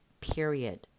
period